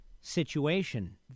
situation